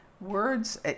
Words